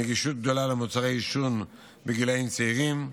נגישות גדולה של מוצרי עישון בגילים צעירים,